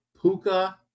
Puka